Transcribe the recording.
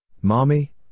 Mommy